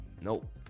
Nope